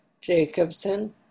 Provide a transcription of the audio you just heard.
Jacobson